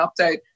update